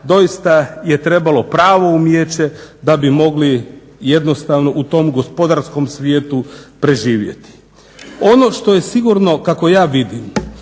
doista je trebalo pravo umijeće da bi mogli jednostavno u tom gospodarskom svijetu preživjeti. Ono što je sigurno kako ja vidim